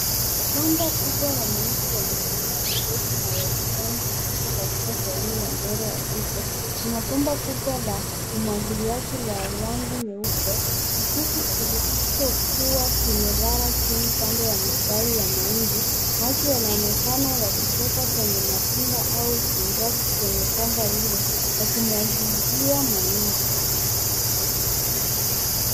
Shamba kubwa la mahindi limejaa mimea mirefu na iliyosimama kisawa katika sehemu ya miduara ya kisasa. Kuna bomba kubwa la umwagiliaji la angani lililo wazi, likionekana kuwa limelazwa kwenye tando ya mistari ya mahindi, miale ikitoka kwenye bomba linalomwagilia mahindi.